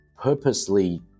purposely